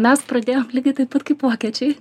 mes pradėjom lygiai taip pat kaip vokiečiai